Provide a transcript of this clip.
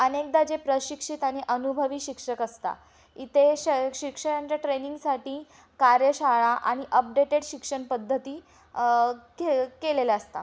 अनेकदा जे प्रशिक्षित आणि अनुभवी शिक्षक असतात इथे श शिक्षकांच्या ट्रेनिंगसाठी कार्यशाळा आणि अपडेटेड शिक्षणपद्धती के केलेल्या असतात